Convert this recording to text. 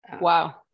Wow